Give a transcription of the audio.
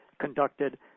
conducted